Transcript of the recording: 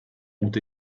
ont